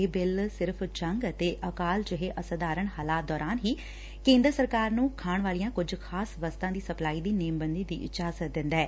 ਇਹ ਬਿੱਲ ਸਿਰਫ਼ ਜੰਗ ਅਤੇ ਅਕਾਲ ਜਿਹੇ ਅਸਾਧਾਰਨ ਹਾਲਾਤ ਦੌਰਾਨ ਹੀ ਕੇਂਦਰ ਸਰਕਾਰ ਨੂੰ ਖਾਣ ਵਾਲੀਆਂ ਕੁਝ ਖ਼ਾਸ ਵਸਤਾਂ ਦੀ ਸਪਲਾਈ ਦੀ ਨੇਮਬੰਦੀ ਦੀ ਇਜ਼ਾਜਤ ਦਿੰਦਾ ਏ